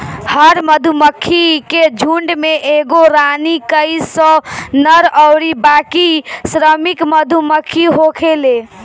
हर मधुमक्खी के झुण्ड में एगो रानी, कई सौ नर अउरी बाकी श्रमिक मधुमक्खी होखेले